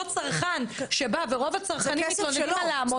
אותו צרכן שבא ורוב הצרכנים מתלוננים על לעמוד.